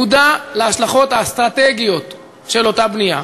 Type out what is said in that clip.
מודע להשלכות האסטרטגיות של אותה בנייה,